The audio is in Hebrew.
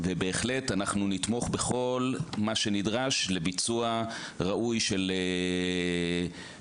ובהחלט אנחנו נתמוך בכל מה שנדרש לביצוע ראוי של פגים,